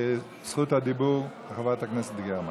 זכות הדיבור לחברת הכנסת גרמן.